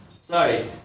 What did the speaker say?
Sorry